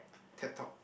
Ted-Talk